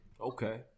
Okay